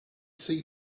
see